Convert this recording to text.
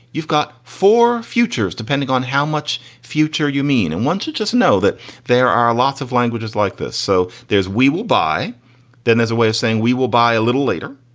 you've got four futures depending on how much future you mean. and once you just know that there are lots of languages like this. so there's we will by then as a way of saying we will buy a little later,